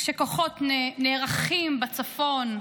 כשכוחות נערכים בצפון,